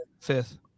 Fifth